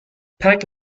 pack